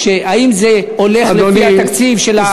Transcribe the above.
האם זה הולך לפי התקציב של,